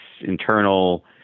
internal